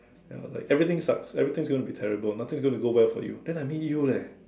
ya like everything sucks everything gonna be terrible nothing is gonna go well for you then I meet you leh